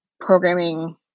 programming